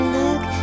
look